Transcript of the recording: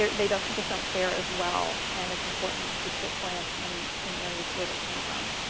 they they don't just don't fare as well. and it's important to put plants in in areas where they came from.